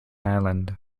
island